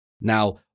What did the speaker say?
Now